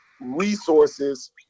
resources